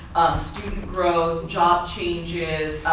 student growth, job changes,